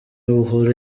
buhuru